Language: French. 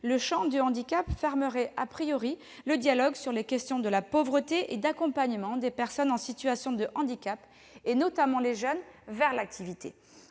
le champ du handicap fermerait le dialogue sur les questions de la pauvreté et de l'accompagnement des personnes en situation de handicap, privant notamment les jeunes d'un